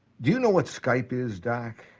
you know what skype is, doc?